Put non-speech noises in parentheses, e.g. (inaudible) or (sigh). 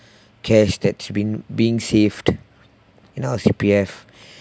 cash that's being being saved in our C_P_F (breath)